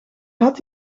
had